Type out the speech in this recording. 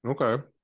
Okay